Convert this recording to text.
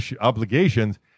obligations